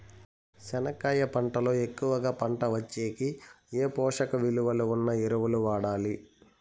చెనక్కాయ పంట లో ఎక్కువగా పంట వచ్చేకి ఏ పోషక విలువలు ఉన్న ఎరువులు వాడాలి?